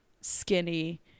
skinny